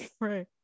Right